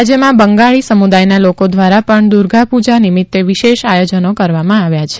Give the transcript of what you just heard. રાજયમાં બંગાળી સમુદાયના લોકો દ્વારા પણ દુર્ગાપુજા નિમિત્તે વિશેષ આયોજનો કરવામાં આવ્યા છે